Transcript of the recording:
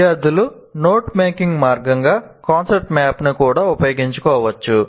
విద్యార్థులు note taking మార్గంగా concept మ్యాప్ను కూడా ఉపయోగించుకోవచ్చు